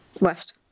West